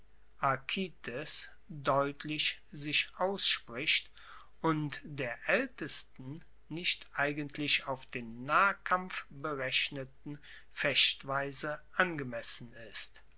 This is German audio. deutlich sich ausspricht und der aeltesten nicht eigentlich auf den nahkampf berechneten fechtweise angemessen ist